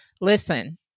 listen